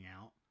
out